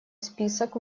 список